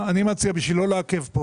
בשביל לא לעכב פה